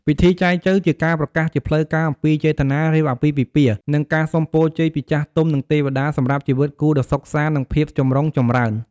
ពិធីចែចូវ ជាការប្រកាសជាផ្លូវការអំពីចេតនារៀបអាពាហ៍ពិពាហ៍ និងការសូមពរជ័យពីចាស់ទុំ និងទេវតា សម្រាប់ជីវិតគូដ៏សុខសាន្ត និងភាពចម្រុងចម្រើន។